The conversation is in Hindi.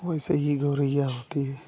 वैसे ही गौरय्या होती है